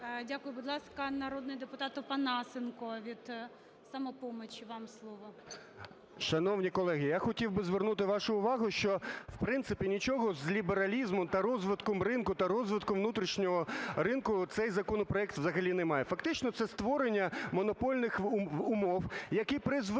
Дякую. Будь ласка, народний депутат Опанасенко від "Самопомочі". Вам слово. 17:13:16 ОПАНАСЕНКО О.В. Шановні колеги, я хотів би звернути вашу увагу, що в принципі нічого з лібералізмом та розвитком ринку, та розвитком внутрішнього ринку цей законопроект взагалі не має. Фактично це створення монопольних умов, які призведуть